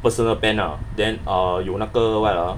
personal pan ah then uh 有那个 what ah